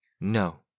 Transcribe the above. No